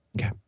Okay